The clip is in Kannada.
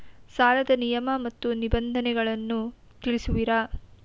ಸಾಲದ ನಿಯಮ ಮತ್ತು ನಿಬಂಧನೆಗಳನ್ನು ತಿಳಿಸುವಿರಾ?